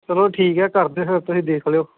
ਚੱਲੋ ਠੀਕ ਆ ਕਰ ਦਿਓ ਫਿਰ ਤੁਸੀਂ ਦੇਖ ਲਿਓ